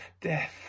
death